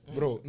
Bro